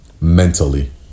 mentally